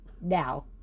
Now